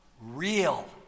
real